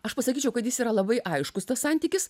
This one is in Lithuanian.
aš pasakyčiau kad jis yra labai aiškus tas santykis